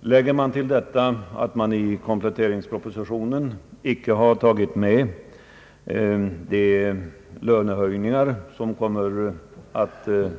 Läggs härtill att man i kompletteringspropositionen inte tagit med de lönehöjningar som skall